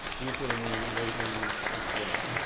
these were in the late eighty s as well,